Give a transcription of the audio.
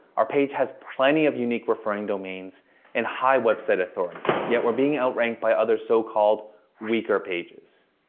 our page has plenty of unique referring domains and high website authority, yet we're being outranked by other so-called weaker pages.